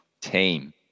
team